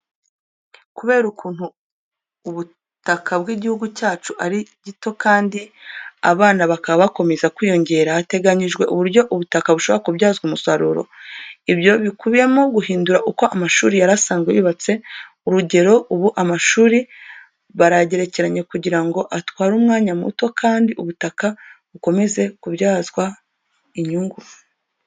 Kubera ukuntu ubutaha bw'igihugu cyacu ari gito kandi abana bakaba bakomeza kwiyongera, hateganyijwe uburyo ubutaka bushobora kubyazwa umusaruro. Ibyo bikubiyemo guhindura uko amashuri yari asanzwe yubatse. Urugero, ubu amashuri barayagerekeranya kugira ngo atware umwanya muto kandi ubutaka bukomeze kubyazwa inyungu.